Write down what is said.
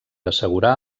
assegurar